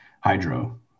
hydro